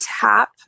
tap